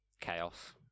chaos